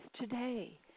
today